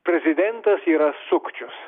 prezidentas yra sukčius